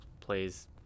plays